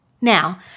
Now